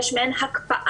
יש מעין הקפאה,